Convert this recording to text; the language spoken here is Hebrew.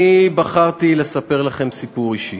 אני בחרתי לספר לכם סיפור אישי.